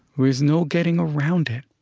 there is no getting around it.